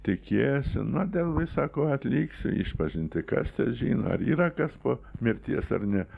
tikėsi na dėl visa ko atliksiu išpažinti kas ten žino ar yra kas po mirties ar ne